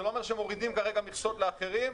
זה לא אומר שמורידים כרגע מכסות לאחרים,